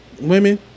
women